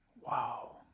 Wow